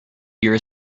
your